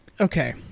okay